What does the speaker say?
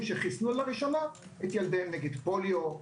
שחיסנו לראשונה את ילדיהם נגד פוליו,